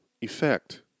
effect